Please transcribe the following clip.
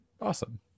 awesome